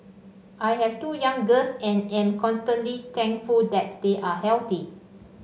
I have two young girls and am constantly thankful that they are healthy